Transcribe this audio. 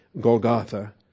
Golgotha